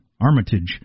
Armitage